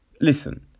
listen